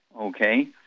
okay